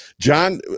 John